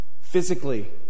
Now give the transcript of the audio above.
Physically